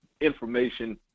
information